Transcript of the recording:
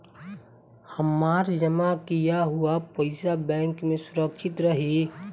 हमार जमा किया हुआ पईसा बैंक में सुरक्षित रहीं?